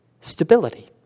stability